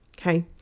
Okay